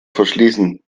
verschließen